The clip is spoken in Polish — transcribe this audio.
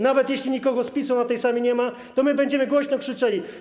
Nawet jeśli nikogo z PiS-u na tej sali nie ma, będziemy głośno krzyczeli.